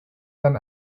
than